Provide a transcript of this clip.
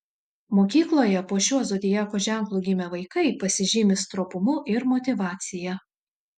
mokykloje po šiuo zodiako ženklu gimę vaikai pasižymi stropumu ir motyvacija